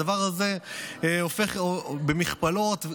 הדבר הזה הופך, במכפלות,